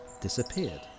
disappeared